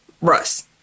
Russ